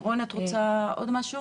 רוני, עוד משהו?